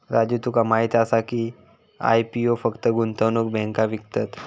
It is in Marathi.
राजू तुका माहीत आसा की, आय.पी.ओ फक्त गुंतवणूक बँको विकतत?